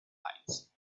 lights